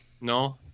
no